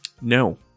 No